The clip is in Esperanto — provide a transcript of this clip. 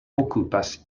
okupas